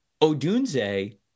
Odunze